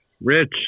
Rich